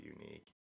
unique